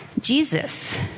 Jesus